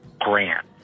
Grant